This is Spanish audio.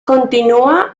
continúa